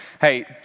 hey